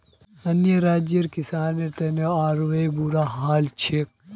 अन्य राज्यर किसानेर त आरोह बुरा हाल छेक